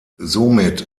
somit